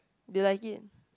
do you like it